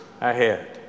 ahead